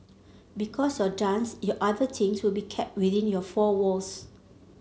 because your dance your other things will be kept within your four walls